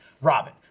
Robin